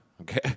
okay